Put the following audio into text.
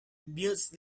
mutes